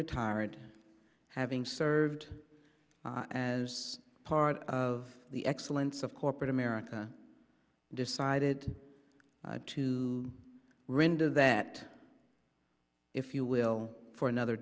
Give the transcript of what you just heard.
retired having served as part of the excellence of corporate america decided to render that if you will for another